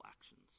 actions